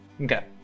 Okay